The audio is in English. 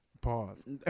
Pause